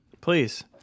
please